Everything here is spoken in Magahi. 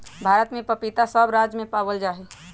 भारत में पपीता सब राज्य में पावल जा हई